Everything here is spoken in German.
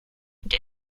der